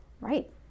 Right